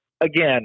again